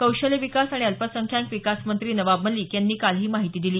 कौशल्य विकास आणि अल्पसंख्याक विकास मंत्री नवाब मलिक यांनी काल ही माहिती दिली